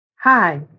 Hi